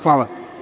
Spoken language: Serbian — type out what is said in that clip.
Hvala.